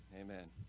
amen